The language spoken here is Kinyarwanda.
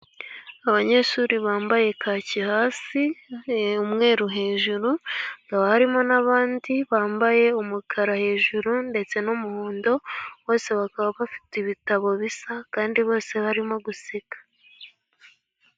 Abanyeshuri bambaye kaki hasi umweru hejuru, harimo n'abandi bambaye umukara hejuru ndetse n'umuhondo. Bose bakaba bafite ibitabo bisa kandi bose barimo guseka.